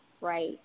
right